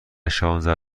شانزده